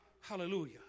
Hallelujah